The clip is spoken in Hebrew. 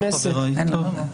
חבריי היועצים המשפטיים,